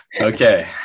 Okay